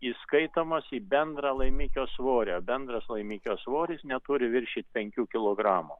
įskaitomos į bendrą laimikio svorį bendras laimikio svoris neturi viršyti penkių kilogramų